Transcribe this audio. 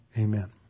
Amen